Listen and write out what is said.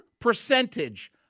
percentage